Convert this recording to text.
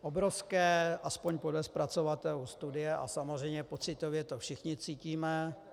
Obrovské aspoň podle zpracovatelů studie a samozřejmě pocitově to všichni cítíme...